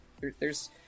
there's-